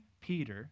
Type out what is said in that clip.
Peter